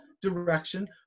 direction